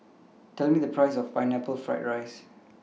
Tell Me The Price of Pineapple Fried Rice